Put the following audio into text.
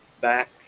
back